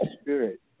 spirit